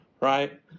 right